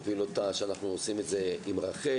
שאנחנו עושים את זה עם רח"ל,